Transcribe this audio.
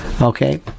Okay